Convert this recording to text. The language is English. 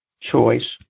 choice